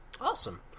Awesome